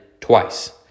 twice